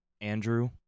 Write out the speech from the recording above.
Andrew